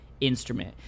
instrument